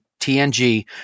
TNG